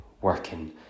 working